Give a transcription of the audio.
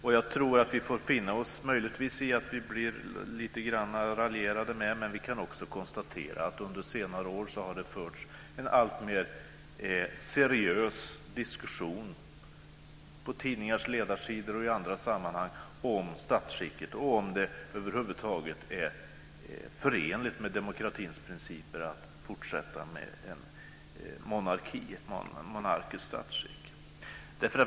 Möjligtvis får vi nog finna oss i att det raljeras lite grann över oss, men vi kan också konstatera att det under senare år har förts en alltmer seriös diskussion på tidningars ledarsidor och i andra sammanhang om statsskicket och om det över huvud taget är förenligt med demokratins principer att fortsätta med ett monarkiskt statsskick.